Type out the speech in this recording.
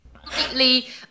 Completely